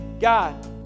God